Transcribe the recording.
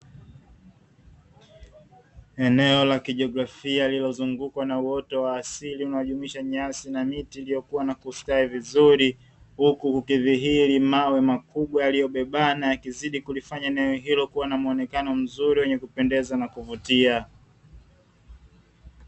Eneo la kijografia lililozungukwa na uwoto wa asili, unaojumuisha miti na nyasi zilizokuwa na kustawi vizuri huku ikidhihiri mawe makubwa yaliyobebana yakilifanya eneo hilo kuwa na mwonekano mzuri wa kupendeza na kuvutia.